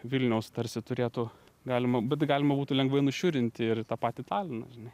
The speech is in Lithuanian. vilniaus tarsi turėtų galima bet tai galima būtų lengvai nušiurinti ir tą patį taliną žinai